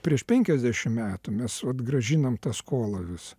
prieš penkiasdešimt metų mes vat grąžinam tą skolą vis